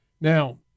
Now